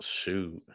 Shoot